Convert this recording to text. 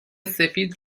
سفید